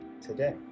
today